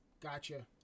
Gotcha